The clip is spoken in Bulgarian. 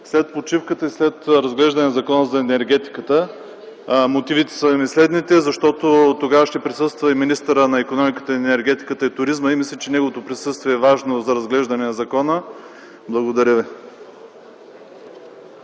след почивката и след разглеждането на Закона за енергетиката. Мотивите ми са следните. Тогава ще присъства министърът на икономиката, енергетиката и туризма и мисля, че неговото присъствие е важно за разглеждането на закона. Благодаря ви.